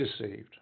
deceived